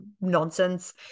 nonsense